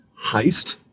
heist